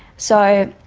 so